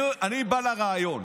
אני בא לרעיון.